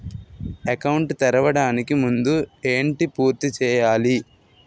Account తెరవడానికి ముందు ఏంటి పూర్తి చేయాలి?